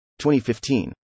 2015